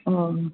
अ